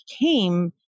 came